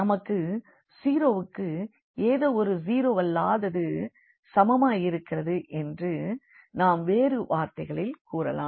நமக்கு 0 க்கு ஏதோ ஒரு ஜீரோவல்லாதது சமமாயிருக்கிறது என்று நாம் வேறு வார்த்தைகளில் கூறலாம்